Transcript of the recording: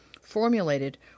formulated